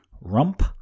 Rump